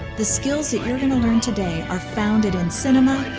the skills that you're going to learn today are founded in cinema,